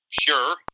Sure